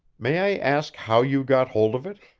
may i ask how you got hold of it?